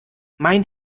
mein